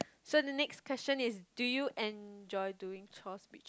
so the next question is do you enjoy doing chores which